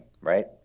right